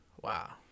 wow